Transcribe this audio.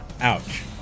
Ouch